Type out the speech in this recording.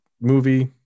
movie